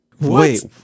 wait